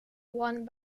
one